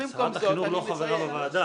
שרת החינוך לא חברה בוועדה.